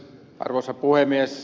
arvoisa puhemies